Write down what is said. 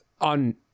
on